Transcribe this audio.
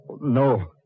No